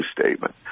statement